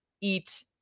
eat